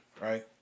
right